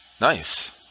Nice